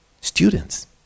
Students